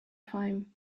time